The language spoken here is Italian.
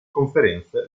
conferenze